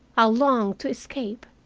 i longed to escape.